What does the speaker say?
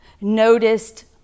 noticed